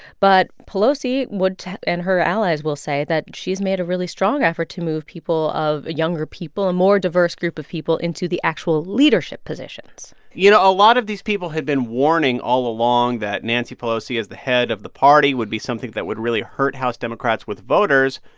but pelosi would and her allies will say that she's made a really strong effort to move people of younger people, a more diverse group of people, into the actual leadership positions you know, a lot of these people had been warning all along that nancy pelosi as the head of the party would be something that would really hurt house democrats with voters.